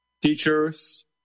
teachers